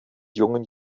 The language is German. jungen